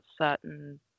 certain